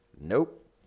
nope